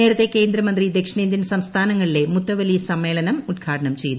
നേരത്തെ കേന്ദ്രമന്ത്രി ദക്ഷിണേന്ത്യൻ സംസ്ഥാനങ്ങളിലെ മുത്തവലി സമ്മേളനം ഉദ്ഘാടനം ചെയ്തു